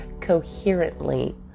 coherently